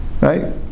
right